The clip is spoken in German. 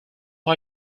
mal